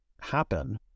happen